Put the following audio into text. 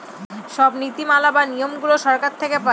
সব নীতি মালা বা নিয়মগুলো সরকার থেকে পায়